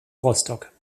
rostock